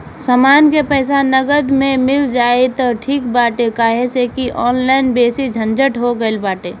समान के पईसा नगद में मिल जाई त ठीक बाटे काहे से की ऑनलाइन बेसी झंझट हो गईल बाटे